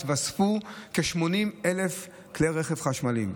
התווספו כ-80,000 כלי רכב חשמליים.